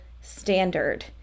standard